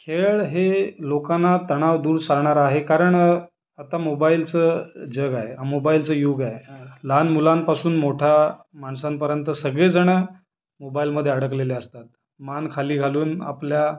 खेळ हे लोकांना तणाव दूर सारणार आहे कारण आता मोबाईलचं जगं आहे मोबाईलचं युग आहे लहान मुलांपासून मोठा माणसांपर्यंत सगळे जणं मोबाइलमध्ये अडकलेले असतात मान खाली घालून आपल्या